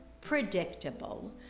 predictable